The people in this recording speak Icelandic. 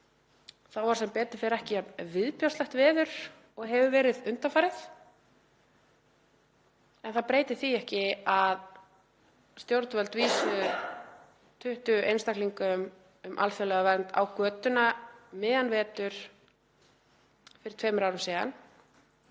Þá var sem betur fer ekki jafn viðbjóðslegt veður og hefur verið undanfarið en það breytir því ekki að stjórnvöld vísuðu 20 einstaklingum um alþjóðlega vernd á götuna um miðjan vetur fyrir tveimur árum síðan